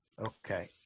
Okay